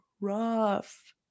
rough